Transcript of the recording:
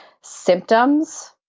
symptoms